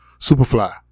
Superfly